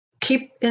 Keep